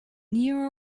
near